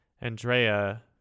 Andrea